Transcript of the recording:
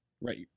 Right